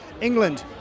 England